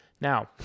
Now